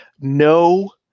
No